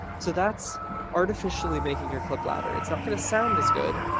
so that's artificially making your clip louder. it's not going to sound as good.